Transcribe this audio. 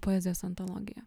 poezijos antologija